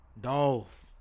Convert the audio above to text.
Dolph